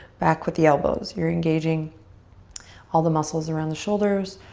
back with the elbows. you're engaging all the muscles around the shoulders.